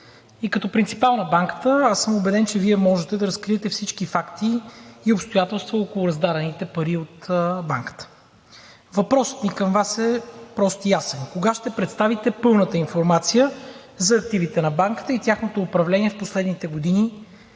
И като принципал на банката аз съм убеден, че Вие можете да разкриете всички факти и обстоятелства около раздадените пари от банката. Въпросът ми към Вас е прост и ясен – кога ще представите пълната информация за активите на банката и тяхното управление в последните години,